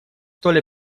столь